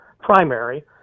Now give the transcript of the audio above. primary